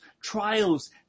trials